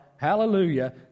Hallelujah